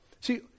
See